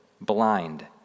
blind